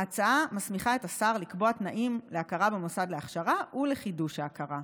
ההצעה מסמיכה את השר לקבוע תנאים להכרה במוסד להכשר ולחידוש ההכרה.